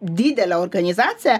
didelę organizaciją